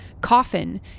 coffin